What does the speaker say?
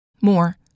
More